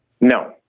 No